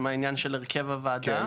עם העניין של הרכב הוועדה.